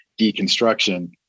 deconstruction